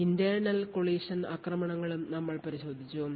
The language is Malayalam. Internal collision ആക്രമണങ്ങളും ഞങ്ങൾ പരിശോധിച്ചു